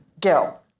Gil